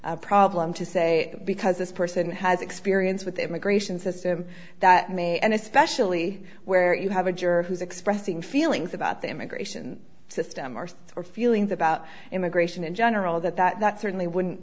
a problem to say because this person has experience with the immigration system that may and especially where you have a juror who's expressing feelings about the immigration system are or feelings about immigration in general that that certainly wouldn't